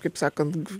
kaip sakant